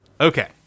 Okay